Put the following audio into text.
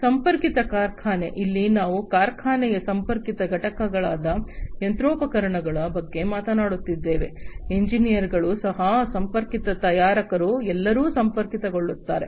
ಸಂಪರ್ಕಿತ ಕಾರ್ಖಾನೆ ಇಲ್ಲಿ ನಾವು ಕಾರ್ಖಾನೆಯ ಸಂಪರ್ಕಿತ ಘಟಕಗಳಾದ ಯಂತ್ರೋಪಕರಣಗಳ ಬಗ್ಗೆ ಮಾತನಾಡುತ್ತಿದ್ದೇವೆ ಎಂಜಿನಿಯರ್ಗಳು ಸಹ ಸಂಪರ್ಕಿತ ತಯಾರಕರು ಎಲ್ಲರೂ ಸಂಪರ್ಕಗೊಳ್ಳುತ್ತಾರೆ